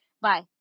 Bye